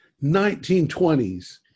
1920s